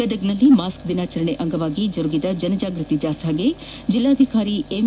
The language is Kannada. ಗದಗದಲ್ಲಿ ಮಾಸ್ಕ್ ದಿನಾಚರಣೆಯ ಅಂಗವಾಗಿ ಜರುಗಿದ ಜನ ಜಾಗೃತಿ ಜಾಥಾಕ್ಕೆ ಜಿಲ್ಲಾಧಿಕಾರಿ ಎಂ